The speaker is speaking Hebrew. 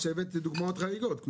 מה שהבאת זה דוגמאות חריגות.